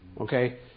Okay